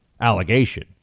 allegation